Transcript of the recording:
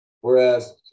whereas